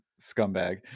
scumbag